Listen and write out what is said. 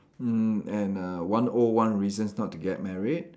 mm and uh one O one reasons not to get married